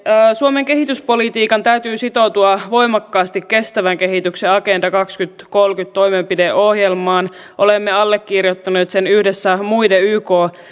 suomen kehityspolitiikan täytyy sitoutua voimakkaasti kestävän kehityksen agenda kaksituhattakolmekymmentä toimenpideohjelmaan olemme allekirjoittaneet sen yhdessä muiden yk